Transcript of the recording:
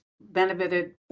benefited